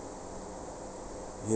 you